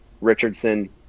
Richardson